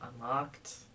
unlocked